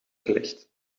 gelegd